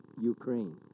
Ukraine